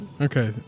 Okay